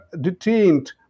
detained